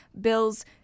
bills